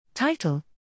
Title